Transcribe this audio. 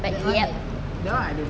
but yup